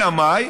אלא מאי,